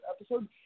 episode